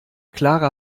clara